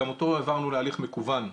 גם אותו העברנו להליך מקוון.